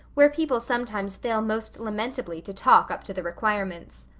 where people sometimes fail most lamentably to talk up to the requirements.